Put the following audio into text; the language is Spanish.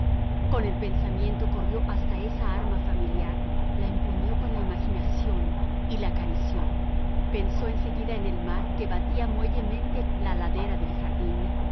con el pensamiento corrió hasta esa arma familiar la empuñó con la imaginación y la acarició pensó en seguida en el mar que batía muellemente la ladera del jardín